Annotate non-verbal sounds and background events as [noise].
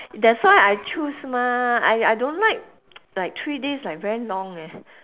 that's why I choose mah I I don't like [noise] like three days like very long eh